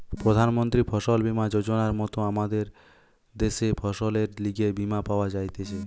প্রধান মন্ত্রী ফসল বীমা যোজনার মত আমদের দ্যাশে ফসলের লিগে বীমা পাওয়া যাইতেছে